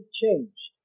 changed